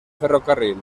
ferrocarril